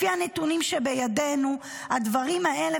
לפי הנתונים שבידינו, הדברים האלה